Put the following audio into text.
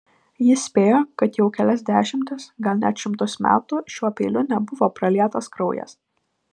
jis spėjo kad jau kelias dešimtis gal net šimtus metų šiuo peiliu nebuvo pralietas kraujas